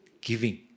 giving